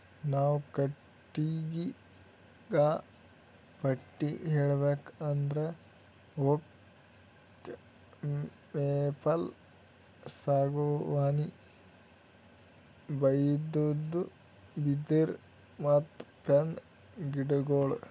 ನಾವ್ ಕಟ್ಟಿಗಿಗಾ ಪಟ್ಟಿ ಹೇಳ್ಬೇಕ್ ಅಂದ್ರ ಓಕ್, ಮೇಪಲ್, ಸಾಗುವಾನಿ, ಬೈನ್ದು, ಬಿದಿರ್, ಮತ್ತ್ ಪೈನ್ ಗಿಡಗೋಳು